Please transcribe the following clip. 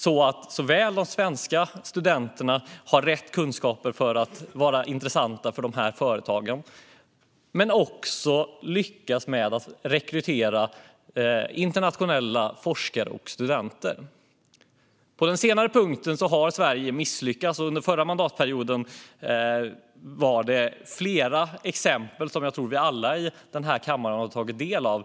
Det handlar om att de svenska studenterna har rätt kunskaper för att vara intressanta för dessa företag men också om att lyckas med att rekrytera internationella forskare och studenter. På den senare punkten har Sverige misslyckats. Under förra mandatperioden var det flera exempel som jag tror att vi alla i denna kammare har tagit del av.